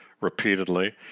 repeatedly